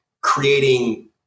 creating